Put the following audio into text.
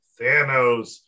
Thanos